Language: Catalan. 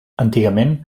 antigament